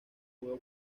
pudo